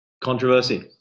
Controversy